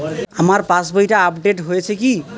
আমার পাশবইটা আপডেট হয়েছে কি?